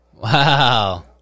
Wow